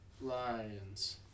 Lions